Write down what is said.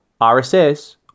RSS